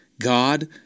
God